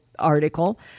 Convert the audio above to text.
article